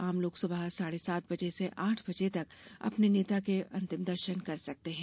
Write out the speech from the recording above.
आमलोग सुबह साढ़े सात बजे से आठ बजे तक अपने नेता के अंतिम दर्शन कर सकते हैं